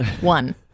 One